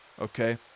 okay